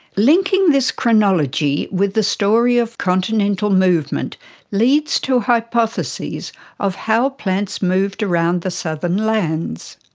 linking this chronology with the story of continental movement leads to hypotheses of how plants moved around the southern lands.